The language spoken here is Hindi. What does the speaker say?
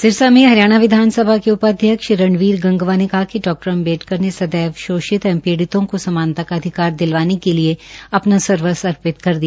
सिरसा में हरियाणा विधानसभा के उपाध्यक्ष रणवीर गंगवा ने कहा कि डॉ अम्बेडकर ने सदैव शोषित एंव पीड़ितों को समानता का अधिकार दिलवाने के लिए अपना सर्वस्व अर्पित कर दिया